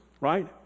right